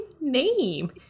name